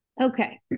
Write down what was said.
Okay